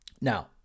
Now